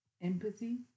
Empathy